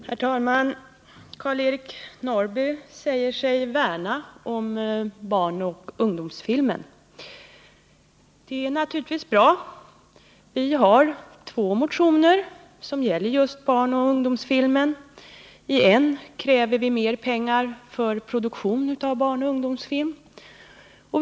Herr talman! Karl-Eric Norrby säger sig värna om barnoch ungdomsfilmen. Det är naturligtvis bra. Vi har två motioner som gäller just barnoch ungdomsfilmen. I den ena kräver vi mera pengar för produktion av barnoch ungdomsfilm.